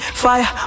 fire